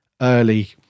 early